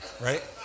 right